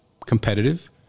competitive